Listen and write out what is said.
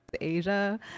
asia